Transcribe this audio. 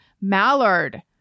Mallard